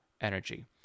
energy